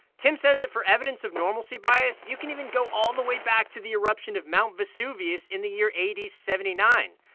tim says that for evidence of normalcy bias, you can even go all the way back to the eruption of mount vesuvius in the year a d. seventy nine,